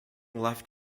left